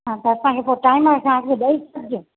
हा त असांखे पोइ टाइम असांखे ॾेई छॾिजो